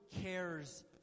cares